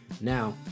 Now